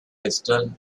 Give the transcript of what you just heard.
pistol